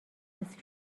نصف